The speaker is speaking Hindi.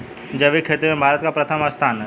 जैविक खेती में भारत का प्रथम स्थान है